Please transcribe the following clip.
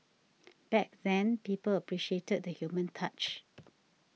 back then people appreciated the human touch